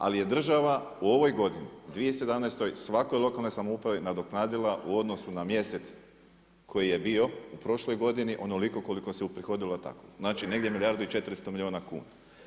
Ali je država u ovoj godini 2017. svakoj lokalnoj samoupravi nadoknadila u odnosu na mjesec koji je bio u prošloj godini onoliko koliko se uprihodilo … znači negdje milijardu i 400 milijuna kuna.